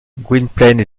gwynplaine